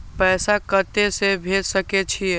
पैसा कते से भेज सके छिए?